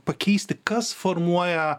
pakeisti kas formuoja